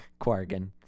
Quargan